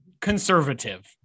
conservative